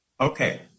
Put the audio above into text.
Okay